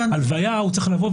בהלוויה הוא צריך לבוא,